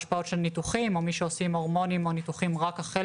השפעות של מי שעושים ניתוחים או מי שלוקחים הורמונים רק החל